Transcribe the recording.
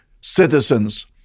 citizens